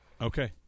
Okay